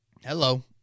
hello